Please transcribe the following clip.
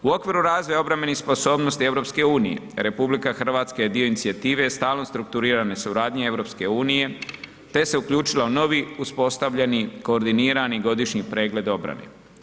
U okviru razvoja obrambenih sposobnosti EU, RH je dio inicijative stalno strukturirane suradnje EU, te se uključila u novi uspostavljeni koordinirani godišnji pregled obrane.